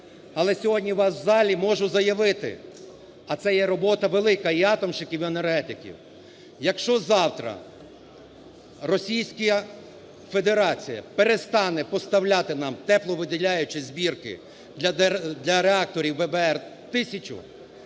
Але сьогодні у вас в залі можу заявити, а це є робота велика і атомщиків і енергетиків. Якщо завтра Російська Федерація перестане поставляти нам тепловиділяючі збірки для реакторів ВВЕР-1000,